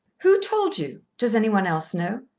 who told you? does any one else know?